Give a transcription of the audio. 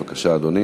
בבקשה, אדוני.